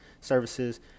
services